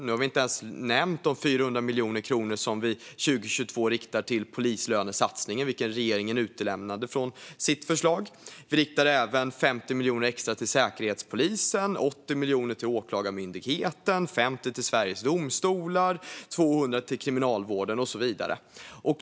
Då har vi inte ens nämnt de 400 miljoner kronor som vi riktar till polislönesatsningen 2022, vilken regeringen utelämnade i sitt förslag. Vi riktar även 50 miljoner extra till Säkerhetspolisen, 80 miljoner till Åklagarmyndigheten, 50 miljoner till Sveriges domstolar, 200 miljoner till Kriminalvården och så vidare.